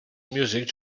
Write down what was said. music